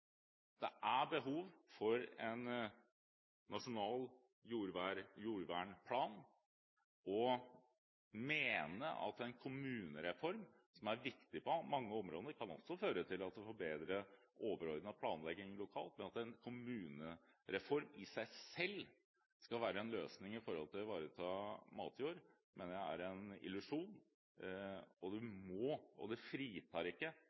det er behov for en nasjonal jordvernplan. En kommunereform er viktig på mange områder, det kan også føre til at man får bedre overordnet planlegging lokalt, men at en kommunereform i seg selv skal være en løsning når det gjelder å ivareta matjord, mener jeg er en illusjon. Det fritar oss ikke